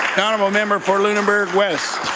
honourable member for lunenburg west.